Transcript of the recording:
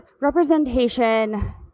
representation